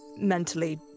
mentally